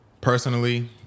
Personally